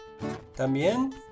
También